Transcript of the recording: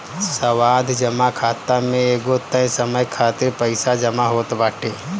सावधि जमा खाता में एगो तय समय खातिर पईसा जमा होत बाटे